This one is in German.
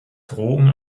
drogen